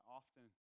often